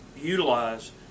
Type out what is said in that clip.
utilize